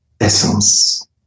essence